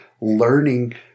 learning